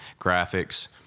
graphics